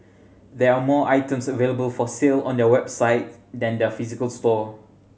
there are more items available for sale on their website than their physical store